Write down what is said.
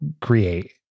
create